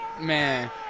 Man